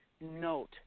note